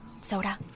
Soda